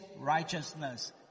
righteousness